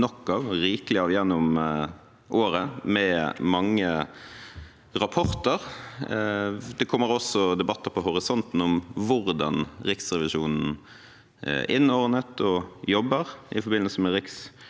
får vi rikelig av gjennom året, med mange rapporter. Det kommer også debatter i horisonten om hvordan Riksrevisjonen er innordnet og jobber i forbindelse med Riksrevisjonsutvalgets